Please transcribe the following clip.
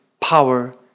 power